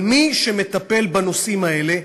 אבל מי שמטפל בנושאים האלה,